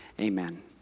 Amen